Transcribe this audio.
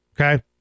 Okay